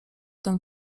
ten